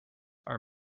are